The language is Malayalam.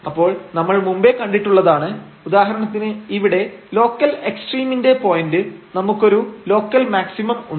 അപ്പോൾ നമ്മൾ മുമ്പേ കണ്ടിട്ടുള്ളതാണ് ഉദാഹരണത്തിന് ഇവിടെ ലോക്കൽ എക്സ്ട്രീമിന്റെ പോയന്റ് നമുക്കൊരു ലോക്കൽ മാക്സിമം ഉണ്ട്